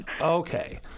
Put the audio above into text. Okay